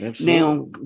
Now